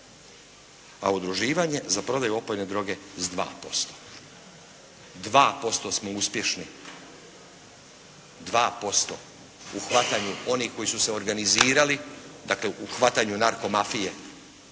a udruživanje za prodaju opojne droge s 2%. 2% smo uspješni. 2% u hvatanju onih koji su se organizirali, dakle u hvatanju narkomafije,